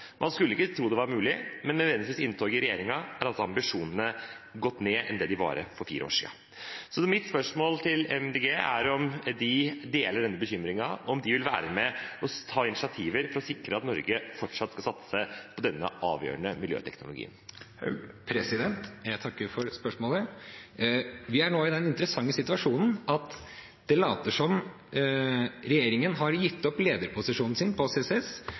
Man skulle ikke tro det var mulig, men med Venstres inntog i regjeringen har altså ambisjonene gått ned i forhold til det de var for fire år siden. Mitt spørsmål til Miljøpartiet De Grønne er om de deler denne bekymringen, og om de vil være med og ta initiativer for å sikre at Norge fortsatt skal satse på denne avgjørende miljøteknologien. Jeg takker for spørsmålet. Vi er nå i den interessante situasjonen at det later til at regjeringen har gitt opp lederposisjonen sin når det gjelder CCS,